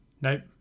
Nope